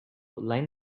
line